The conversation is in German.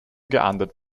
geahndet